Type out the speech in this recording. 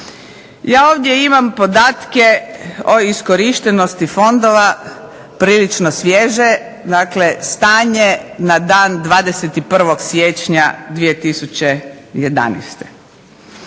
Ja ovdje imam podatke o iskorištenosti fondova prilično svježe. Dakle, stanje na dan 21. siječnja 2011.